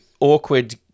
Awkward